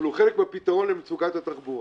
אבל הוא חלק מהפתרון למצוקת התחבורה.